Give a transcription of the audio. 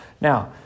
Now